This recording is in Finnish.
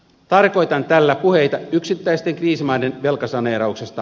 tarkoitan tällä puheita yksittäisten kriisimaiden velkasaneerauksesta